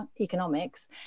economics